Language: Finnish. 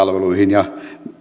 ja hyvinvointipalveluihin